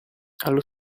allo